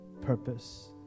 purpose